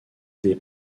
des